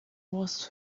was